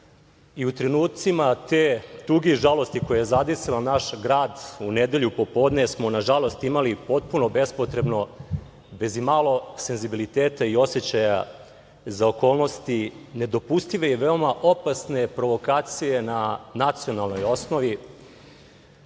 U trenucima te tuge i žalosti koja je zadesila naš grad, u nedelju popodne smo, nažalost, imali potpuno bespotrebno, bez imalo senzibiliteta i osećaja za okolnosti, nedopustive i veoma opasne provokacije na nacionalnoj osnovi